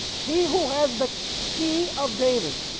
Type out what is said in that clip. he who has the key of david,